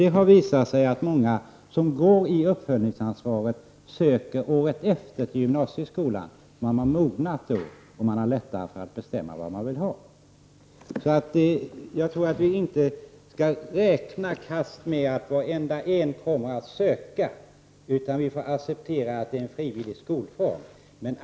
Det har visat sig att många som går in i kommunernas uppföljningsprogram året efter söker till gymnasieskolan. De har då mognat och har lättare för att bestämma vad de vill ha. Jag tror därför att vi inte krasst skall räkna med att varenda en kommer att söka till gymnasieskolan, utan vi får acceptera att det är en frivillig skolform.